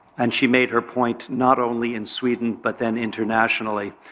and she made her point not only in sweden but then internationally.